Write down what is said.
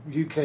UK